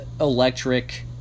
electric